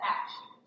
action